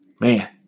Man